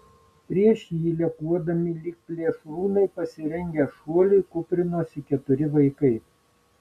prieš jį lekuodami ir lyg plėšrūnai pasirengę šuoliui kūprinosi keturi vaikai